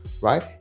right